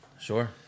Sure